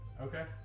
Okay